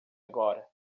agora